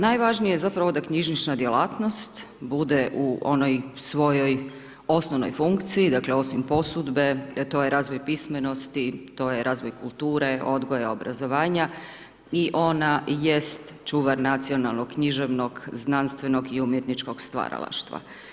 Najvažnije je zapravo da knjižnična djelatnost bude u onoj svojoj osnovnoj funkciji, dakle osim posudbe, to je razvoj pismenosti, to je razvoj kulture, odgoja, obrazovanja i ona jest čuvar nacionalnog, književnog, znanstvenog i umjetničkog stvaralaštva.